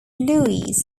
louis